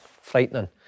Frightening